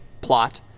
plot